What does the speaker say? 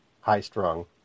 high-strung